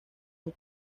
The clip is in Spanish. han